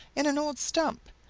in an old stump,